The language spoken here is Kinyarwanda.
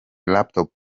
laptop